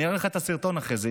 ואני אראה לך את הסרטון אחרי זה,